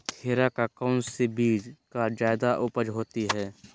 खीरा का कौन सी बीज का जयादा उपज होती है?